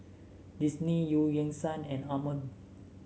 Disney Eu Yan Sang and Anmum